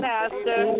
Pastor